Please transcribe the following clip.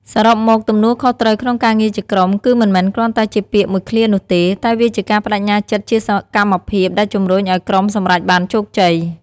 សរុបមក ទំនួលខុសត្រូវក្នុងការងារជាក្រុម គឺមិនមែនគ្រាន់តែជាពាក្យមួយឃ្លានោះទេ តែវាជាការប្តេជ្ញាចិត្តជាសកម្មភាពដែលជំរុញឱ្យក្រុមសម្រេចបានជោគជ័យ។